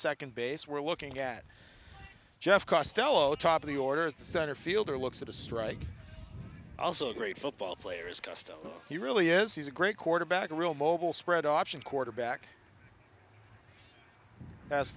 second base we're looking at jeff costello top of the order as the center fielder looks at a strike also a great football player is custom he really is he's a great quarterback a real mobile spread option quarterback tha